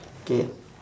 okay